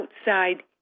outside